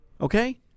okay